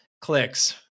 clicks